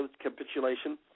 capitulation